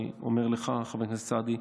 אני אומר לך, חבר הכנסת סעדי,